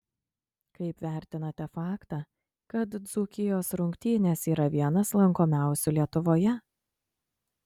kaip vertinate faktą kad dzūkijos rungtynės yra vienas lankomiausių lietuvoje